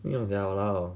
you know liao 了